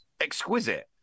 exquisite